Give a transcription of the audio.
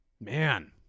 Man